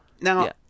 now